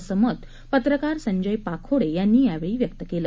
असं मत पत्रकार संजय पाखोडे यांनी यावेळी व्यक्त केलं